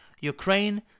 Ukraine